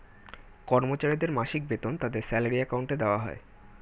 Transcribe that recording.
কর্মচারীদের মাসিক বেতন তাদের স্যালারি অ্যাকাউন্টে দেওয়া হয়